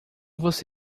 você